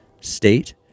state